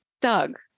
Doug